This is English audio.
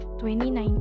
2019